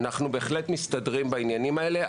אנחנו בהחלט מסתדרים בעניינים האלה,